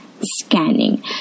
scanning